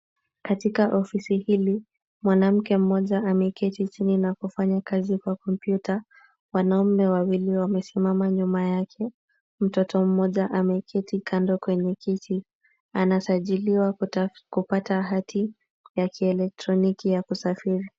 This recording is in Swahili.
Katika ofisi hili, mwanamke mmoja ameketi chini na kufanya kazi kwa kompyuta. Wanaume wawili wamesimama nyuma yake. Mtoto mmoja ameketi kando kwenye kiti. Anasajiliwa kupata hati ya kielektroniki ya kusafiri.